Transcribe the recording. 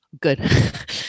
good